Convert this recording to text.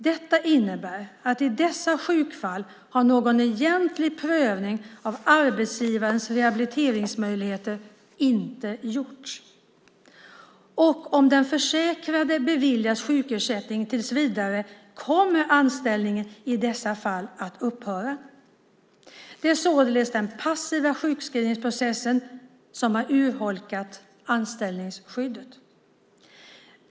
Detta innebär att i dessa sjukfall har någon egentlig prövning av arbetsgivarens rehabiliteringsmöjligheter inte gjorts, och om den försäkrade beviljas sjukersättning tills vidare kommer anställningen i dessa fall att upphöra. Det är således den passiva sjukskrivningsprocessen som har urholkat anställningsskyddet.